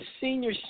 senior